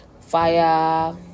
fire